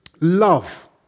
Love